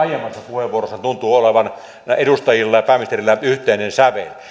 puheenvuorossaan tuntuu olevan edustajilla ja pääministerillä yhteinen sävel